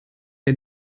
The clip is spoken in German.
der